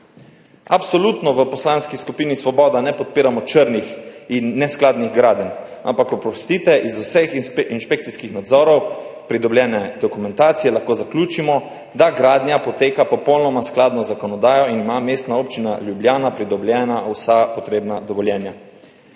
ustreza. V Poslanski skupini Svoboda absolutno ne podpiramo črnih in neskladnih gradenj, ampak oprostite, iz vseh inšpekcijskih nadzorov in pridobljene dokumentacije lahko zaključimo, da gradnja poteka popolnoma v skladu z zakonodajo in ima Mestna občina Ljubljana pridobljena vsa potrebna dovoljenja.